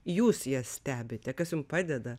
jūs jas stebite kas jum padeda